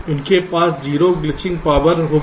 उनके पास 0 glitching power होगी